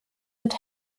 mit